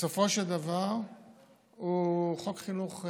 בסופו של דבר, הוא חוק חינוך חינם,